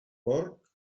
porc